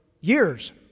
years